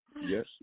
Yes